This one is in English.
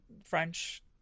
french